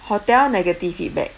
hotel negative feedback